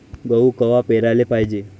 गहू कवा पेराले पायजे?